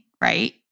right